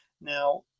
Now